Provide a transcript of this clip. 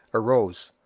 arose,